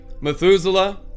Methuselah